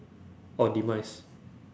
or demise